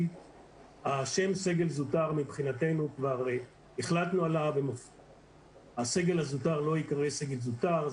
השם סגל זוטר מבחינתנו כבר החלטנו שהסגל לא ייקרא סגל זוטר.